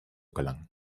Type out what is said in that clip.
gelangen